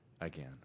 again